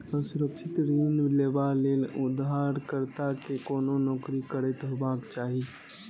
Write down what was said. असुरक्षित ऋण लेबा लेल उधारकर्ता कें कोनो नौकरी करैत हेबाक चाही